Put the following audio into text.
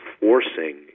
forcing